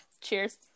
cheers